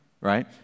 right